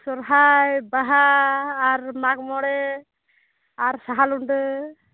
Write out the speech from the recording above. ᱥᱚᱨᱦᱟᱭ ᱵᱟᱦᱟ ᱟᱨ ᱢᱟᱜᱽ ᱢᱚᱬᱮ ᱟᱨ ᱥᱟᱦᱟ ᱞᱩᱸᱰᱟᱹ